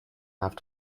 have